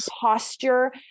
posture